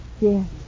yes